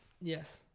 yes